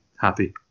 happy